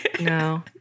No